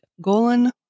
Golan